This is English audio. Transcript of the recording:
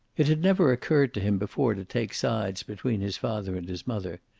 it had never occurred to him before to take sides between his father and his mother,